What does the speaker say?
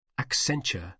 Accenture